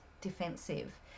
defensive